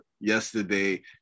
yesterday